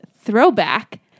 throwback